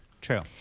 True